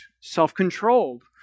self-controlled